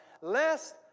lest